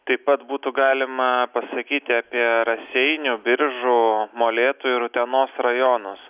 taip pat būtų galima pasakyti apie raseinių biržų molėtų ir utenos rajonus